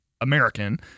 American